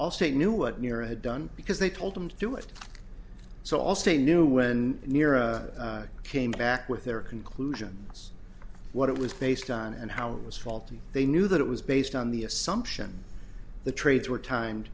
all state knew what neera had done because they told them to do it so allstate knew when near or came back with their conclusions what it was based on and how it was faulty they knew that it was based on the assumption the trades were time